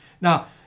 now